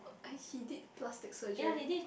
and he did plastic surgery